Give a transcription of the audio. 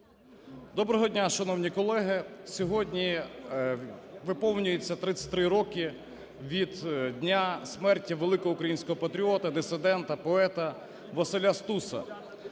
Доброго дня, шановні колеги. Сьогодні виповнюється 33 роки від дня смерті великого українського патріота, дисидента, поета Василя Стуса,